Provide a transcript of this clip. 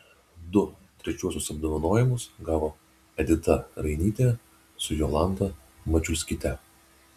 du trečiuosius apdovanojimus gavo edita rainytė su jolanta mačiulskyte